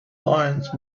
lines